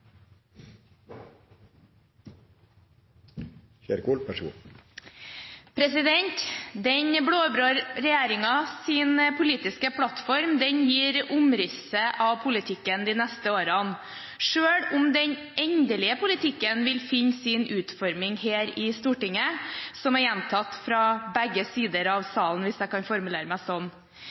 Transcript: Den blå-blå regjeringens politiske plattform gir omrisset av politikken de neste årene, selv om den endelige politikken vil finne sin utforming her i Stortinget – noe som er gjentatt fra begge sidene av salen, hvis jeg kan formulere meg